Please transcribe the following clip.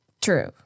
true